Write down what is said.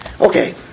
Okay